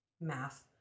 math